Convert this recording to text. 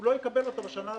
לא יקבל אותה בשנה הבאה.